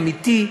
אמיתי.